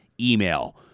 email